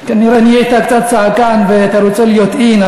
כנראה נהיית קצת צעקן, ואתה רוצה להיות in.